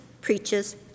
preaches